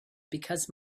because